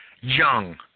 young